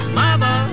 mama